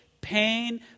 pain